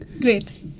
Great